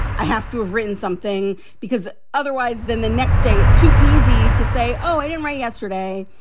i have to have written something because otherwise then the next day it's too easy to say, oh, i didn't write yesterday,